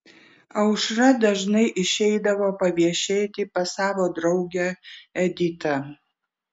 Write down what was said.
aušra dažnai išeidavo paviešėti pas savo draugę editą